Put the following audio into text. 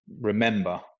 remember